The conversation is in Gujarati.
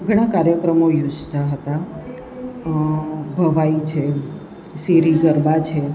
ઘણા કાર્યક્રમો યોજતા હતા ભવાઈ છે શેરી ગરબા છે